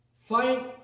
Fight